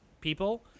people